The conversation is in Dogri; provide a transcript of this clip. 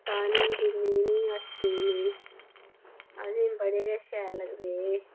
पानी बी दिने इ'नेंगी अस पीने गी असेंगी बडे़ गै शैल लगदे एह्